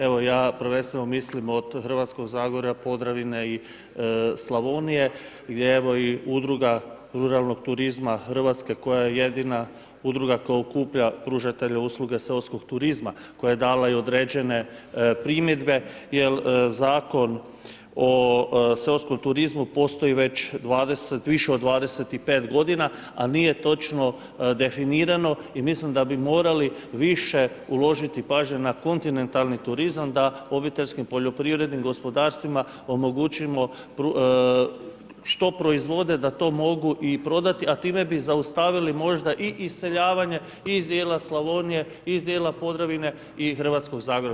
Evo, ja prvenstveno mislim od Hrvatskog Zagorja, Podravine i Slavonije, gdje evo, i udruga ruralnog turizma Hrvatske koja je jedina udruga koja okuplja pružatelje usluge seoskog turizma, koja je dala i određene primjedbe, jer Zakon o seoskom turizmu postoji već više od 25 godina, a nije točno definirano i mislim da bi morali više uložiti pažnje na kontinentalni turizam da obiteljskim poljoprivrednim gospodarstvima omogućimo što proizvode, da to mogu i prodati, a time bi zaustavili možda i iseljavanje iz dijela Slavonije, iz dijela Podravine i Hrvatskog Zagorja.